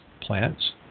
plants